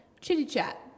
chitty-chat